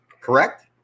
correct